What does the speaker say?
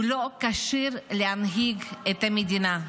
הוא לא כשיר להנהיג את המדינה.